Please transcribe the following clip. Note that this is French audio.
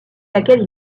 laquelle